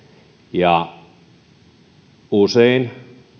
ja usein